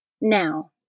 Now